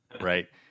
right